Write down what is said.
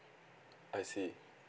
I see